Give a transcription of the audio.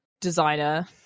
designer